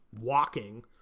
walking